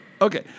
Okay